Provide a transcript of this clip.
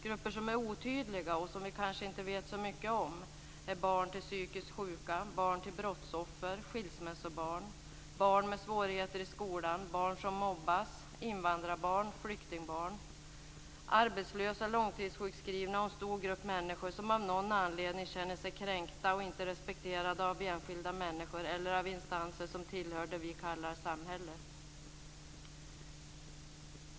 Grupper som är otydliga och som vi kanske inte vet så mycket om är barn till psykiskt sjuka, barn till brottsoffer, skilsmässobarn, barn med svårigheter i skolan, barn som mobbas, invandrarbarn, flyktingbarn, arbetslösa och långtidssjukskrivna. Det finns också en stor grupp människor som av någon anledning känner sig kränkta och inte respekterade av enskilda människor eller av instanser som tillhör det vi kallar samhället.